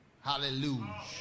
hallelujah